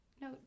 No